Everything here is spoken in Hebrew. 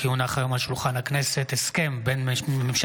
כי הונח היום על שולחן הכנסת הסכם בין ממשלת